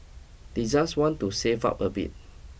they just want to save up a bit